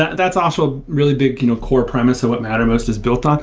that's also really big kind of core premise of what mattermost is built on.